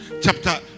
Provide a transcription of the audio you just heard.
chapter